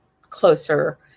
closer